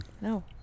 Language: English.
no